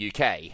UK